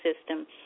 system